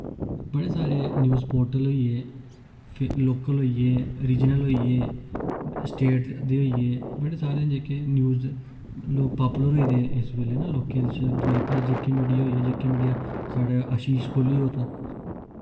बड़े सारे news portal होई गे फे लोकल होई गे रीजनल होई गे स्टेट दे होई गे बड़े सारें जेह्के न्यूज लोक पापुलर होई दे इस बेल्लै ना लोकें च दमके च जेके मीडिया होई गेआ जेके मीडिया साढ़े आशीश कोहली होर न